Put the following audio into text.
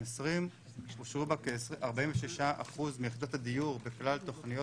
אושרו בה כ-46% מיחידות הדיור בכלל תוכנית